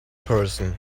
person